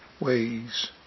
ways